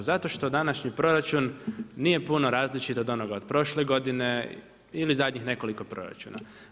Zato što današnji proračun nije puno različit od onoga od prošle godine ili zadnjih nekoliko proračuna.